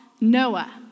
Noah